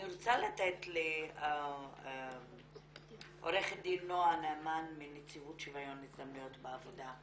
אני רוצה לתת לעורכת דין נעה נאמן מנציבות שוויון הזדמנויות בעבודה.